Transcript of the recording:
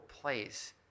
place